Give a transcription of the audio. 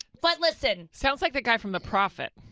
but listen. sounds like the guy from the prophet.